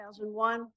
2001